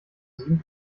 sieben